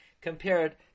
compared